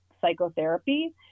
psychotherapy